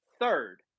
third